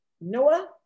Noah